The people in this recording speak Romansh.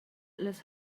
las